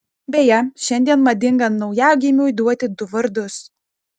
beje šiandien madinga naujagimiui duoti du vardus